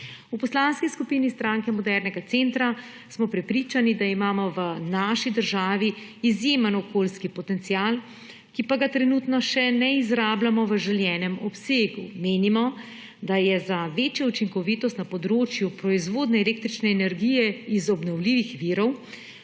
V Poslanski skupini Stranke modernega centra smo prepričani, da imamo v naši državi izjemen okoljski potencial, ki pa ga trenutno še ne izrabljamo v želenem obsegu. Menimo, da je za večjo učinkovitost na področju proizvodnje električne energije iz obnovljivih virov